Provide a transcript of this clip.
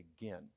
again